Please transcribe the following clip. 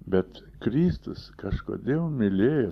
bet kristus kažkodėl mylėjo